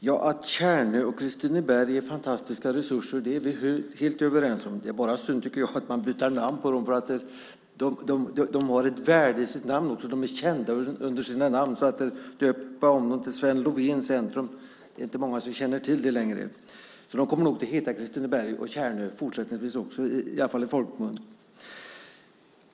Fru talman! Tjärnö och Kristineberg är fantastiska resurser, det är vi helt överens om. Jag tycker bara att det är synd att man byter namn på dem. De har ett värde i sina namn. De är kända under sina namn. Man byter namn till Sven Lovén centrum - det är inte många som känner till det längre. Det kommer nog att heta Kristineberg och Tjärnö fortsättningsvis också, i alla fall i folkmun.